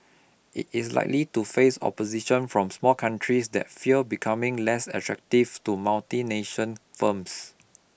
it is likely to face opposition from small countries that fear becoming less attractive to multinational firms